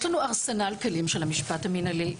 יש לנו ארסנל כלים של המשפט המנהלי,